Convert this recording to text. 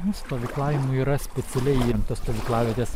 nu stovyklavimui yra specialiai įrengtos stovyklavietės